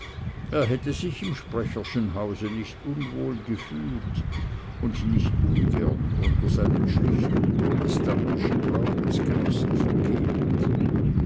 er hätte sich im sprecherschen hause nicht unwohl gefühlt und nicht ungern unter seinen schlichten protestantischen glaubensgenossen verkehrt